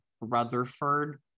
Rutherford